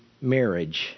Marriage